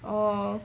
orh